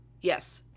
Yes